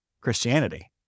Christianity